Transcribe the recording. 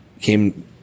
came